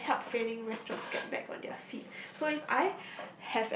that I can help failing restaurants get back on their feet so if I